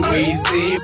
Weezy